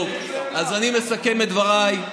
טוב, אז אני מסכם את דבריי.